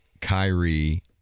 Kyrie